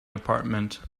apartment